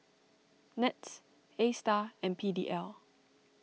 Nets Astar and P D L